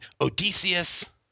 Odysseus